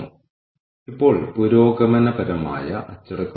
കൂടാതെ ഇപ്പോൾ എത്ര സമയമെടുക്കുന്നു